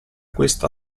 questa